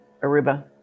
Aruba